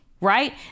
right